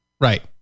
Right